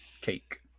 cake